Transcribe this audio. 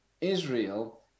Israel